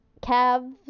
Cavs